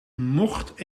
mocht